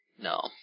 No